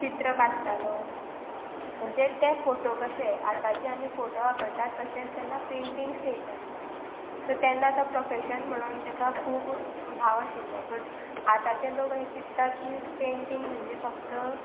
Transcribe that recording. चित्र काडटालो म्हणजे ते फोटो कशे आतांचे आमी फोटो वापरतात तशेंच तेन्ना पेंटिंग्स थयताली सो तेन्ना तो प्रोफेशन म्हणून ताका खूब भाव आशिल्लो बट आतांचे लोक अशें चिंत्ता की पेंटींग म्हणजे फक्त